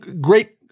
great